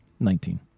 Nineteen